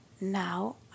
Now